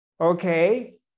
Okay